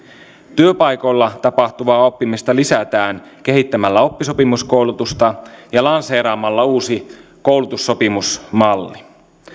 työpaikoilla tapahtuvaa oppimista lisätään kehittämällä oppisopimuskoulutusta ja lanseeraamalla uusi koulutussopimusmalli